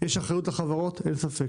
אין ספק